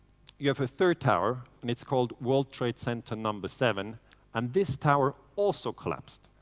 you have a third tower. and it's called world trade center number seven and this tower also collapsed.